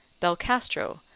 belcastro,